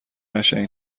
قشنگ